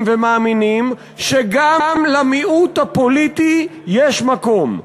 ומאמינים שגם למיעוט הפוליטי יש מקום,